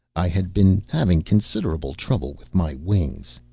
i had been having considerable trouble with my wings.